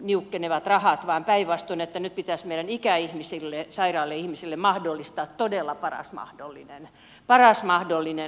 niukkenevat rahat vaan päinvastoin nyt pitäisi meidän ikäihmisille sairaille ihmisille mahdollistaa todella paras mahdollinen hoito